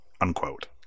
unquote